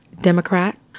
Democrat